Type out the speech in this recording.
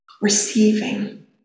receiving